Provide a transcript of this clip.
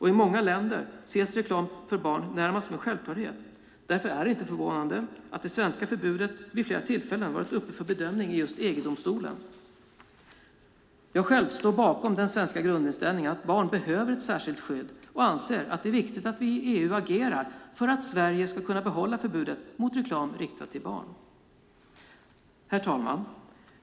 I många länder ses reklam för barn närmast som en självklarhet. Därför är det inte förvånande att det svenska förbudet vid flera tillfällen har varit uppe för bedömning i EG-domstolen. Jag står bakom den svenska grundinställningen att barn behöver ett särskilt skydd och anser att det är viktigt att vi i EU agerar för att Sverige ska kunna behålla förbudet mot reklam riktad till barn. Herr talman!